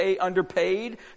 underpaid